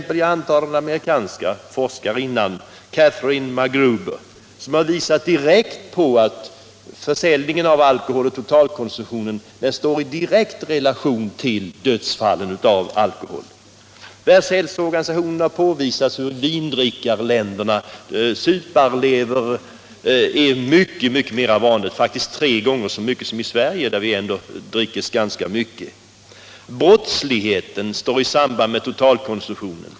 En amerikansk forskare, Catherine Magruber, har visat att försäljningen och totalkonsumtionen av alkohol står i direkt relation till dödsfallen på grund av alkohol. Världshälsoorganisationen har påvisat att ”suparlever” är tre gånger så vanligt i vindrickarländerna som i Sverige, där vi ändå dricker ganska mycket. Brottsligheten står i samband med totalkonsumtionen.